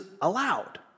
allowed